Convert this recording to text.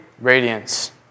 radiance